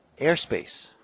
airspace